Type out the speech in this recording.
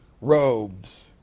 robes